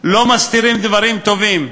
לא מסתירים דברים טובים.